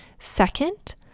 Second